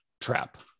trap